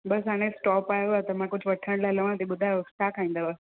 बसि हाणे स्टॉप आयो आहे त मां कुझु वठण लाइ लवां थी ॿुधायो छा खाईंदव